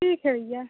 ठीक है भैया